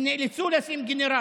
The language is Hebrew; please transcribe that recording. הם נאלצו לשים גנרטור.